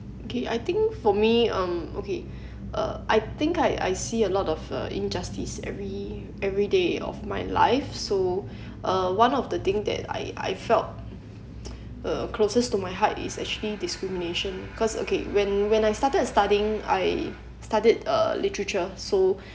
okay I think for me um okay uh I think I I see a lot of uh injustice every every day of my life so uh one of the thing that I I felt uh closest to my height is actually discrimination cause okay when when I started studying I studied uh literature so